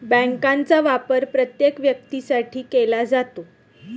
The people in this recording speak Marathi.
बँकांचा वापर प्रत्येक व्यक्तीसाठी केला जातो